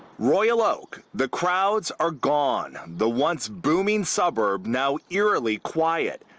royal oak, the crowds are gone! the once booming suburb now eerily quiet.